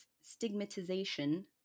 stigmatization